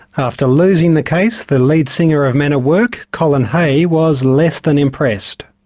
after losing the case, the lead singer of men at work, colin hay, was less than impressed.